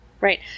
Right